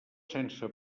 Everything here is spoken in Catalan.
sense